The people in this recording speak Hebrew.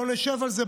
בואו נשב על זה,